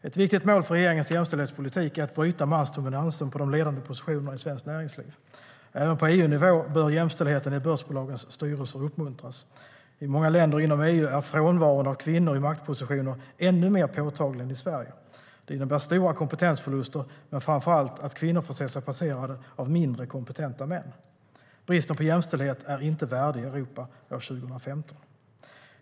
Ett viktigt mål för regeringens jämställdhetspolitik är att bryta mansdominansen på de ledande positionerna i svenskt näringsliv. Även på EU-nivå bör jämställdheten i börsbolagens styrelser uppmuntras. I många länder inom EU är frånvaron av kvinnor i maktpositioner ännu mer påtaglig än i Sverige. Det innebär stora kompetensförluster men framför allt att kvinnor får se sig passerade av mindre kompetenta män. Bristen på jämställdhet är inte värdig Europa år 2015.